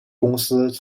公司